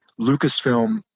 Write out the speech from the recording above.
lucasfilm